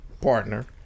partner